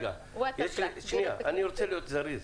--- רגע, אני רוצה להזדרז.